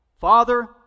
Father